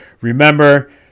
Remember